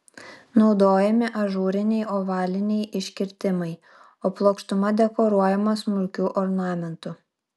naudojami ažūriniai ovaliniai iškirtimai o plokštuma dekoruojama smulkiu ornamentu